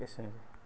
एसेनो